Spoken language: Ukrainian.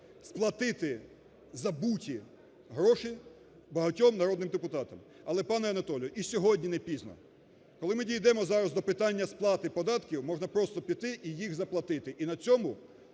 сплатити "забуті" гроші багатьом народним депутатам. Але, пане Анатолію, і сьогодні не пізно, коли ми дійдемо зараз до питання сплати податків, можна просто піти і їх заплатити,